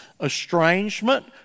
Estrangement